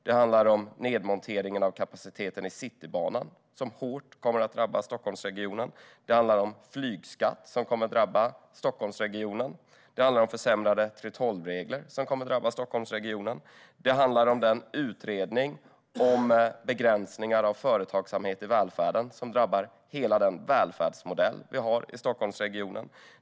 Det handlar om nedmonteringen av kapaciteten i Citybanan som hårt kommer att drabba Stockholmsregionen. Det handlar om flygskatt som kommer att drabba Stockholmsregionen. Det handlar om försämrade 3:12-regler som kommer att drabba Stockholmsregionen. Det handlar om den utredning av begränsningar av företagsamhet i välfärden som drabbar hela den välfärdsmodell vi har i Stockholmsregionen.